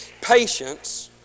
patience